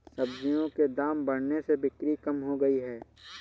सब्जियों के दाम बढ़ने से बिक्री कम हो गयी है